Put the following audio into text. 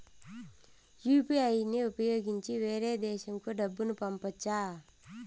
UPI ని ఉపయోగించి వేరే దేశంకు డబ్బును పంపొచ్చా?